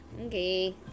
Okay